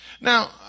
Now